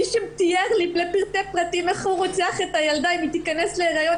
מי שתיאר לי לפרטי פרטים איך הוא רוצח את הילדה אם היא תיכנס להיריון?